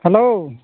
hello